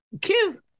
kids